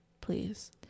Please